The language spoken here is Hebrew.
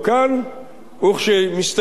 וכשמסתיימת שהייתו,